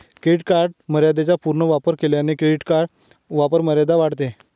credit मर्यादेचा पूर्ण वापर केल्याने क्रेडिट वापरमर्यादा वाढते